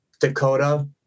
Dakota